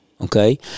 Okay